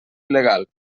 il·legal